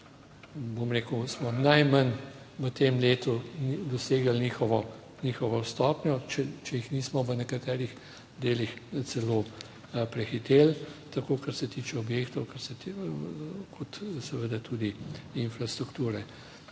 bom rekel, smo najmanj v tem letu dosegli njihovo stopnjo, če jih nismo v nekaterih delih celo prehiteli, tako kar se tiče objektov, kot seveda tudi infrastrukture.